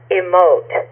emote